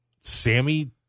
Sammy